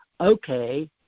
okay